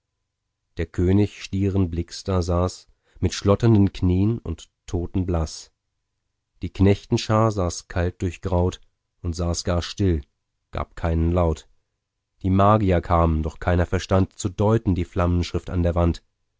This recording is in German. der könig stieren blicks da saß mit schlotternden knien und totenblaß die knechtenschar saß kalt durchgraut und saß gar still gab keinen laut die magier kamen doch keiner verstand zu deuten die flammenschrift an der wand